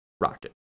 rocket